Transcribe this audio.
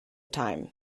time